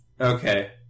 Okay